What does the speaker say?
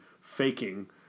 faking